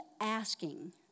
asking